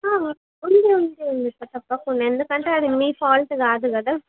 ఉంది ఉంది ప్రతి ఒక్కరికీ ఉంది ఎందుకంటే అది మీ ఫాల్ట్ కాదు కదా